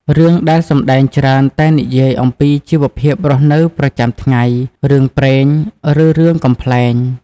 រឿងដែលសម្ដែងច្រើនតែនិយាយអំពីជីវភាពរស់នៅប្រចាំថ្ងៃ រឿងព្រេង ឬរឿងកំប្លែង។